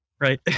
Right